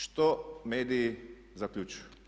Što mediji zaključuju?